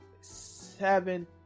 seven